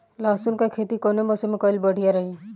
लहसुन क खेती कवने मौसम में कइल बढ़िया रही?